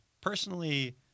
personally